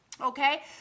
okay